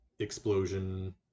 explosion